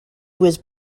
was